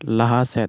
ᱞᱟᱦᱟ ᱥᱮᱫ